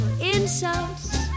insults